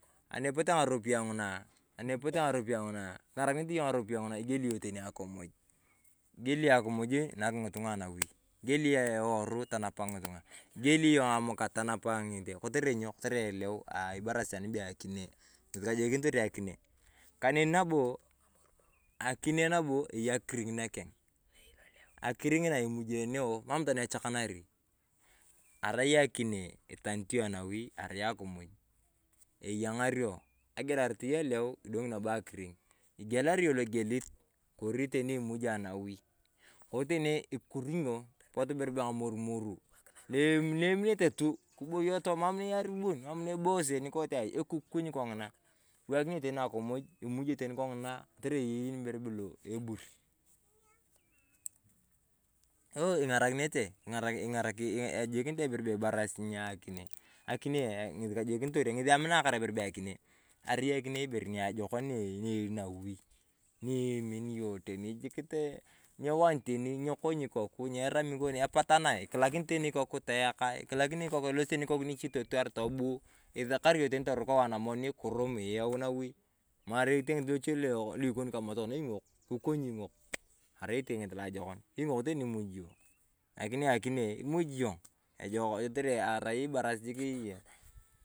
Ani epote ng’aropeyae ng’unaa, ani epote ng'aropeyae ng'unaa king’arakinete yong ng’aropeyae ng'unaa igeli yong tani akimuj. Igeli akimuj naak ng’itung’a anawi. Igeli eoru tanapaa ng’itunga. Igeli yong amukaat tanapaa ng’ide kotere nyo kotere eleu aibarasit anibe akinee. Ng'esi kajiikinitor ayong akinee. Ka neni raabo, akinee nabo eyei akiring nakeng, akiring ng’iria imujenio nyechakanario. Arai akinee ataanit yong anawi, arai akimuj. Eyang’ario, agelarit yong eleu, idong’i nabo akiring. Igilari yong logilit kori teni imuji anawi, teni ikuring’o potuu ibere bee ng’amorumoru. Eeeh emin minute tu emam nyiaribun. Emam nyebose nyikote ai ekukuny kung’ina. Iwakini yong tani nakimuj, imujio tani kong'ina kotere eyei ibere bee ng’ibur. kajokonit ayong ibere bee ibarasil nyaa akinee. Akinee ngesi kajokinitor, ngesi aminakar ibere bee akinee. Arai akinee ibere niajokon ni eyei nawi. Ni imini yong teni jik tee nyewani teni nyikon teni ikoku, nyerami kon epatana ikilakini teni ikoku teyekaa, ikilakini ikoku elosi teni ikoku nichi totwaar tobuu, isakari yong teni torukau anamoni kirum you nawi. Maree etieng’it loche lo ikoni kama to kona ing’ok. kikony ing’ok, arai etieng’it luajokori. Ing’ok teni nyimuji yong lakinia akinee imuji yong ejok kotere arai ibarasil jikii.